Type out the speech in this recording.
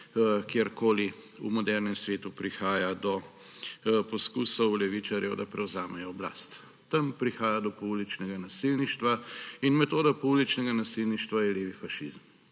Kjerkoli v modernem svetu prihaja do poskusov levičarjev, da prevzamejo oblast, tam prihaja do pouličnega nasilništva. In metoda pouličnega nasilništva je levi fašizem.